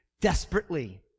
desperately